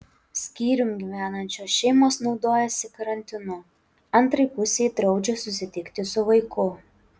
skyrium gyvenančios šeimos naudojasi karantinu antrai pusei draudžia susitikti su vaiku